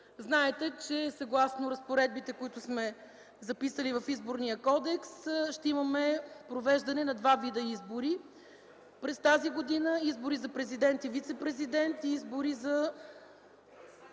Знаете, че съгласно разпоредбите, които сме записали в Изборния кодекс, имаме провеждане на два вида избори през тази година – избори за президент и вицепрезидент и избори за